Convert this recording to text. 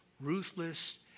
ruthless